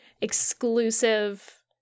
exclusive